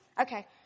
Okay